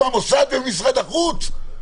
המוסד ומשרד החוץ?